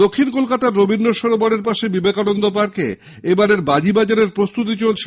দক্ষিণ কলকাতার রবীন্দ্র সরোবরের পাশে বিবেকানন্দ পার্কে এবারের বাজি বাজারের প্রস্তুতি চলছে